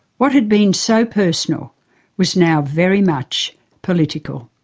what had been so personal was now very much political.